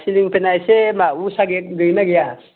सिलिं फेना इसे मा उसा ब्रेन्ड दंना गैया